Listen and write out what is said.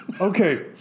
Okay